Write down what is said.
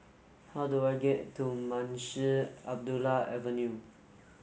how do I get to Munshi Abdullah Avenue